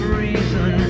reason